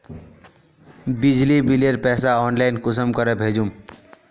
बिजली बिलेर पैसा ऑनलाइन कुंसम करे भेजुम?